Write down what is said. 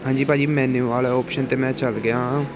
ਹਾਂਜੀ ਭਾਅ ਜੀ ਮੈਨੁਊ ਵਾਲਾ ਅੋਪਸ਼ਨ 'ਤੇ ਮੈਂ ਚਲ ਗਿਆ ਹਾਂ